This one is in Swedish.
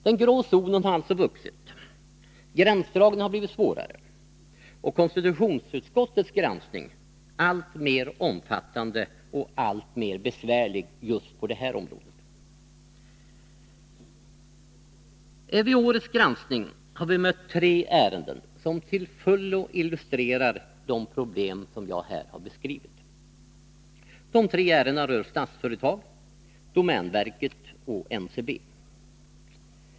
Den grå zonen har alltså vuxit, gränsdragningen har blivit svårare och konstitutionsutskottets granskning alltmer omfattande och alltmer besvärlig just på det här området. Vid årets granskning har vi mött tre ärenden som till fullo illustrerar de problem jag här har beskrivit. De tre ärendena rör Statsföretag, domänverket och NCB.